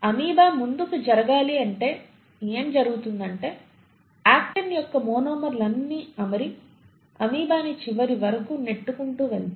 amoeba ముందుకు జరగాలి అంటే ఏమి జరుగుతుందంటే ఆక్టిన్ యొక్క మోనోమెర్లన్నీ అమరి అమీబా ని చివరి వరకు నెట్టుకుంటూ వెళతాయి